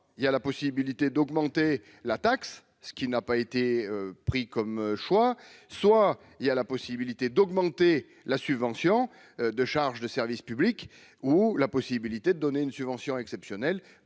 soit il y a la possibilité d'augmenter la taxe, ce qui n'a pas été pris comme choix : soit il y a la possibilité d'augmenter la subvention de charges de service public ou la possibilité de donner une subvention exceptionnelle